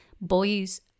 Boys